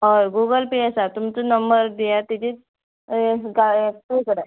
हय Google Pay आसा तुमचो नंबर दियात तेजे हें गा हें पे करप